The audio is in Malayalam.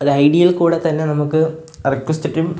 ഐഡിയിൽക്കൂടെത്തന്നെ നമുക്ക് റിക്വസ്റ്റും